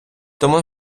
тому